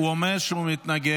הוא אומר שהוא מתנגד.